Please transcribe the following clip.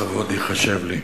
לכבוד ייחשב לי.